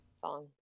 song